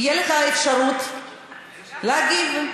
תהיה לך אפשרות להגיב.